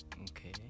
Okay